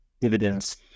dividends